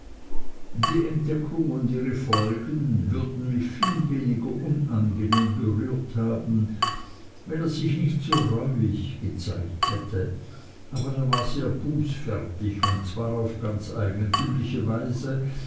die entdeckung und ihre folgen würden mich viel weniger unangenehm berührt haben wenn er sich nicht so reuig gezeigt hätte aber er war sehr bußfertig und zwar auf ganz eigentümliche weise